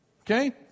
Okay